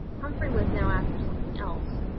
humphrey was now after something else.